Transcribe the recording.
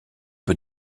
peu